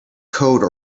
code